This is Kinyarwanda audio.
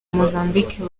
mozambique